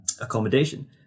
accommodation